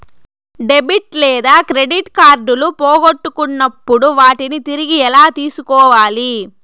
debit లేదా credit కార్డులు పోగొట్టుకున్నప్పుడు వాటిని తిరిగి ఎలా తీసుకోవాలి